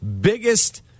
biggest